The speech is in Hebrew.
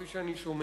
כפי שאני שומע,